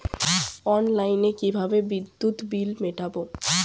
অনলাইনে কিভাবে বিদ্যুৎ বিল মেটাবো?